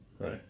Right